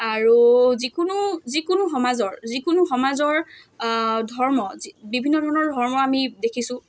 আৰু যিকোনো যিকোনো সমাজৰ যিকোনো সমাজৰ ধৰ্ম যি বিভিন্ন ধৰণৰ ধৰ্ম আমি দেখিছোঁ